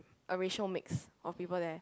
a racial mix of people there